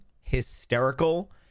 hysterical